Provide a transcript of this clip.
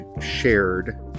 shared